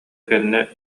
кэннэ